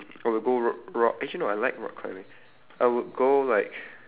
I would go ro~ rock actually no I like rock climbing I would go like